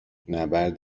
نبرد